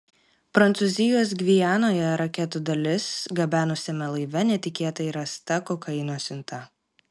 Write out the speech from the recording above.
prancūzijos gvianoje raketų dalis gabenusiame laive netikėtai rasta kokaino siunta